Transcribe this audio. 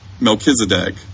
Melchizedek